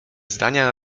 zdania